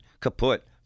kaput